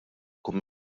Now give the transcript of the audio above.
tkun